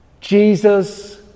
Jesus